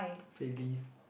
playlist